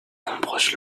nombreuses